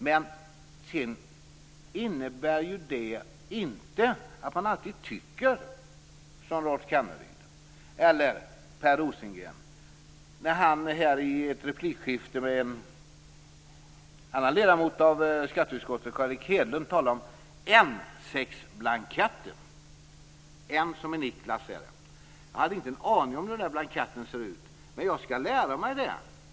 Men det innebär ju inte att man alltid tycker som Rolf Kenneryd eller Rosengren om N6-blanketter. Jag har inte en aning om hur den blanketten ser ut, men jag skall lära mig det.